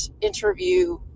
interview